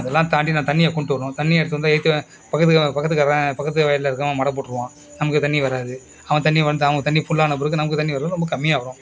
அதெல்லாம் தாண்டி நான் தண்ணியை கொண்டு வரணும் தண்ணியை எடுத்துகிட்டு வந்தால் எதுத்த பக்கத்துக்கா பக்கத்துக்காரன் பக்கத்து வயலில் இருக்கிறவன் மடை போட்டிருவான் நமக்கு தண்ணி வராது அவன் தண்ணி வந்து அவனுக்கு தண்ணி ஃபுல்லான பிறகு நமக்கு தண்ணி வரும் ரொம்ப கம்மியாக வரும்